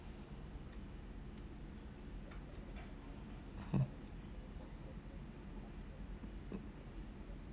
hmm